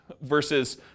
Versus